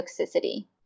toxicity